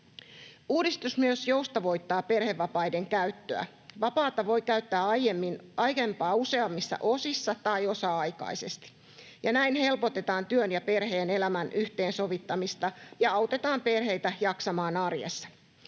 Uudistus myös joustavoittaa perhevapaiden käyttöä. Vapaata voi käyttää aiempaa useammissa osissa tai osa-aikaisesti, ja näin helpotetaan työ- ja perhe-elämän yhteensovittamista ja autetaan perheitä jaksamaan arjessa.